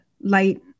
Light